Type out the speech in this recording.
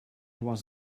was